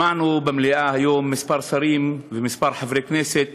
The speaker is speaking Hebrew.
שמענו במליאה היום כמה שרים וכמה חברי כנסת